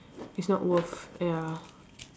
it's not worth ya